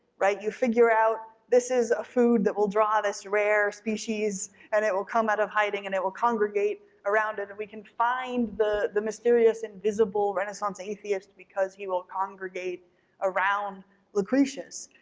you figure out this is a food that will draw this rare species and it will come out of hiding and it will congregate around it and we can find the the mysterious, invisible, renaissance atheist because he will congregate around lucretius.